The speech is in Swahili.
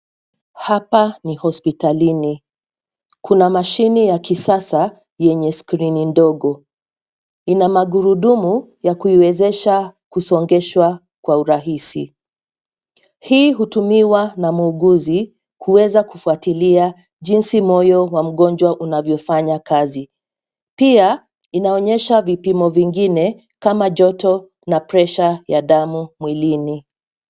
Hapa ni hospitalini. Kuna mashini ya kisasa yenye skrini ndogo. Ina magurudumu ya kuiwezesha kusongeshwa kwa urahisi. Hii hutumiwa na muuguzi, kuweza kufuatilia jinsi moyo wa mgonjwa unavyofanya kazi. Pia, inaonyesha vipimo vingine kama joto na pressure ya damu mwilini.